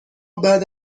بعد